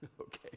okay